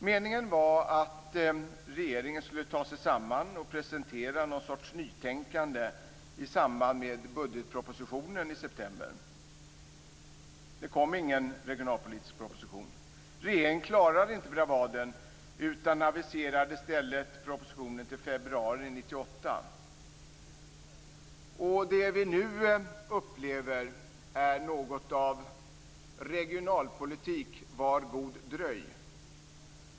Meningen var att regeringen skulle ta sig samman och presentera någon sorts nytänkande i samband med budgetpropositionen i september. Det kom ingen regionalpolitisk proposition. Regeringen klarade inte bravaden, utan aviserade i stället propositionen till februari 1998. Det vi nu upplever är något av: Regionalpolitik, var god dröj!